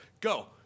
go